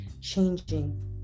changing